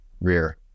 rear